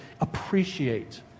appreciate